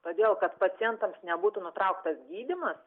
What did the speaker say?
todėl kad pacientams nebūtų nutrauktas gydymas